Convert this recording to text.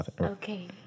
Okay